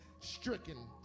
stricken